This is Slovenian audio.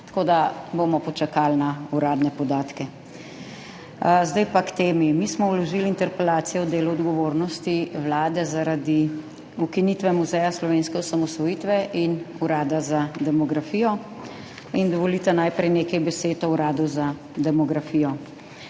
Tako da bomo počakali na uradne podatke. Zdaj pa k temi. Mi smo vložili interpelacijo o delu, odgovornosti vlade zaradi ukinitve Muzeja slovenske osamosvojitve in Urada za demografijo. Dovolite najprej nekaj besed o Uradu za demografijo.